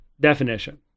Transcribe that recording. definition